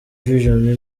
vision